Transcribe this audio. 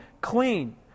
clean